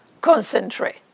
concentrate